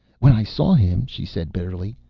when i saw him, she said bitterly,